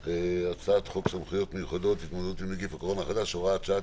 1. בחוק סמכויות מיוחדות להתמודדות עם נגיף הקורונה החדש (הוראת שעה),